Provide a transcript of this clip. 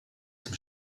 zum